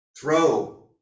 throw